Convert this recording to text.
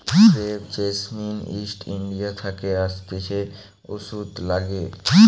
crepe jasmine East India থাকে আসতিছে ওষুধে লাগে